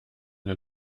der